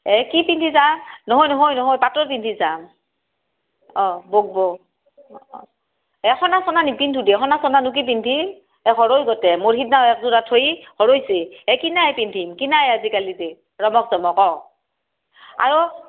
এই কি পিন্ধি যাম নহয় নহয় নহয় পাটৰ পিন্ধি যাম অ' বকব' এ সোণা চোণা নিপিন্ধো দে সোণা চোণানো কি পিন্ধিবি হেৰাই গোটেই মোৰ সেইদিনা একযোৰা থৈ হেৰাইছে এই কিনাই পিন্ধিম কিনাই আজিকালি দে ৰমক জমক অ' আৰু